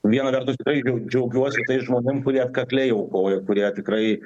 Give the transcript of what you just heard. viena vertus tikrai vėl džiaugiuosi tais žmonėm kurie atkakliai aukojo kurie tikrai